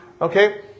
Okay